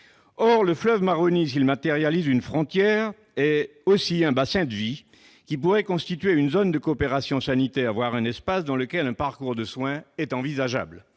Or le fleuve Maroni, s'il matérialise une frontière, est aussi l'axe d'un bassin de vie qui pourrait constituer une zone de coopération sanitaire, voire un espace dans lequel un parcours de soins est envisageable.